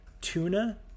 tuna